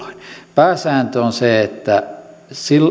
pääsääntö on se että